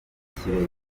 muzakundana